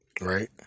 right